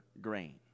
grain